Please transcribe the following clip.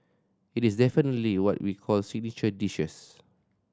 it is definitely what we call signature dishes